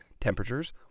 Temperatures